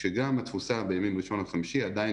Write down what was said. כשגם התפוסה בימים ראשון-חמישי הן עדיין